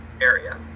area